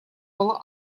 было